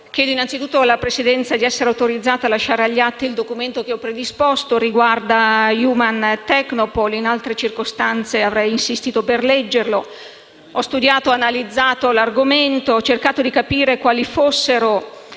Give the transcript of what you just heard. chiedo innanzitutto alla Presidenza di essere autorizzata a lasciare agli atti il documento che ho predisposto che riguarda Human Technopole e che in altre circostanze avrei insistito per leggere. Ho studiato e analizzato l'argomento e ho cercato di capire quali fossero